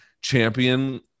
champion